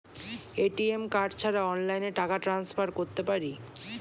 ATM card ছাড়া অনলাইনে টাকা টান্সফার করতে পারি?